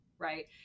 Right